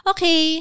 Okay